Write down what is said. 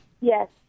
Yes